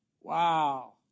Wow